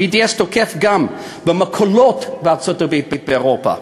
ה-BDS תוקף גם במכולות בארצות-הברית ובאירופה,